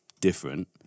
different